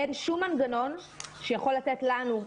אין שום מנגנון שיכול לתת לנו,